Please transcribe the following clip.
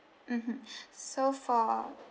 mmhmm so for